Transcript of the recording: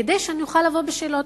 כדי שאני אוכל לבוא בשאלות.